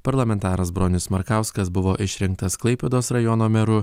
parlamentaras bronius markauskas buvo išrinktas klaipėdos rajono meru